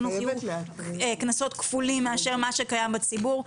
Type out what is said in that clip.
קנסות כפולים ממה שקיים בציבור.